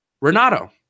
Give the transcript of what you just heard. Renato